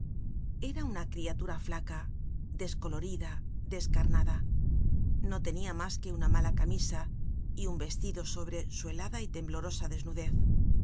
era una criatura flaca descolorida descarnada no tenia mas que una mala camisa y un vestido sobre su helada y temblorosa desnudez